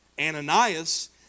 Ananias